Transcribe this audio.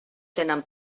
tenen